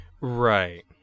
Right